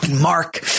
Mark